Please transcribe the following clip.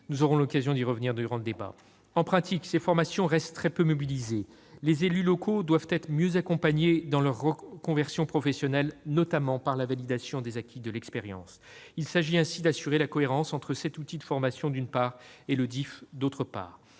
Nous aurons l'occasion d'y revenir durant le débat. En pratique, ces formations restent très peu mobilisées. Les élus locaux doivent être mieux accompagnés dans leur reconversion professionnelle, notamment par la validation des acquis de l'expérience, la VAE. Il s'agit d'assurer la cohérence entre cet outil de formation et le DIF.